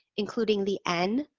including the n,